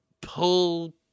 pull